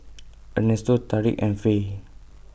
Ernesto Tarik and Faye